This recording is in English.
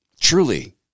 Truly